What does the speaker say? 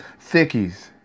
thickies